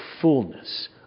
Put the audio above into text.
fullness